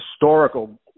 historical